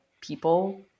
people